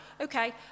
Okay